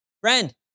Friend